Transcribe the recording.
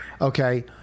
Okay